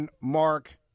Mark